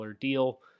deal